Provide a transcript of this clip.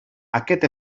aquest